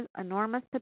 enormous